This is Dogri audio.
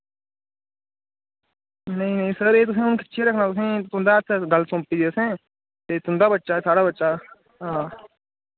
नेईं नेईं सर एह् तुसैं हुन खिच्चियै रक्खना तुसैं तुंदे हत्थ ऐ गल्ल सौंपी दी असैं ते तुंदा बच्चा साढ़ा बच्चा हां